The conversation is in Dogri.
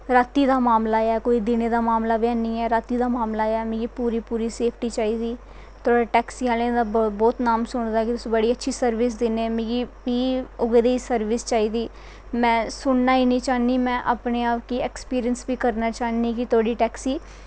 राती दा मामला ऐ कोई दिनें दा मामला बी नी ऐ दिनें दा मामला ऐ मिगी पूरी पूरी सेफ्टी चाही दी तोआड़ा टैक्सी आह्लें दा बड़ा नाम सुनें दा कि तुस बड़ी अच्ची सर्विस दिन्नें मिगी बी उऐ जेही सर्विस चाही दी में सुननां गै नी चाह्नीं में अपनैं आप गी अक्सपिरिंस बी करनीं चाह्नीं की तोआड़ी टैक्सी